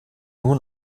nur